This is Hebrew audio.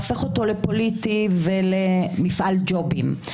הופך אותו לפוליטי ולמפעל ג'ובים.